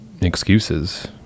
excuses